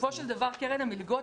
בסופו של דבר קרן המלגות,